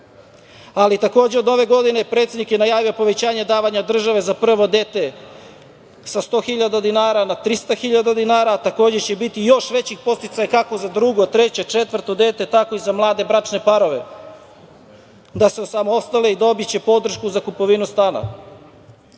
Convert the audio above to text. podsticaj. Takođe, od ove godine predsednik je najavio povećanje davanja države za prvo dete sa 100.000 dinara na 300.000 dinara, a takođe će biti i još većih podsticaja kako za drugo, treće, četvrto dete, tako i za mlade bračne parove da se osamostale i dobiće podršku za kupovinu